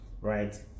Right